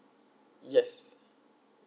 yes